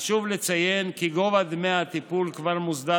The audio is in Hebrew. חשוב לציין כי גובה דמי הטיפול כבר מוסדר